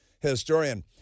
historian